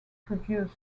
produced